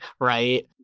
right